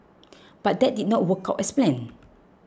but that did not work out as planned